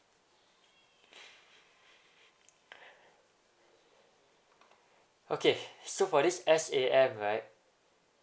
okay so this S_A_M right